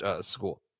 school